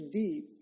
deep